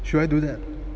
should I do that